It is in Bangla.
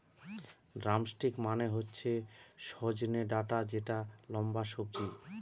ড্রামস্টিক মানে হচ্ছে সজনে ডাটা যেটা লম্বা সবজি